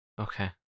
Okay